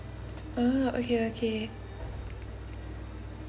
ah okay okay